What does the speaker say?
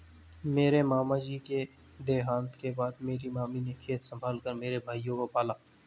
मेरे मामा जी के देहांत के बाद मेरी मामी ने खेत संभाल कर मेरे भाइयों को पाला